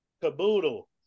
Caboodle